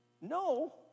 No